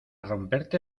romperte